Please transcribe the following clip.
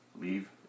leave